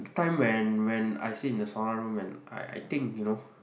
time when when I sit in the sauna room and I I think you know